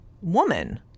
woman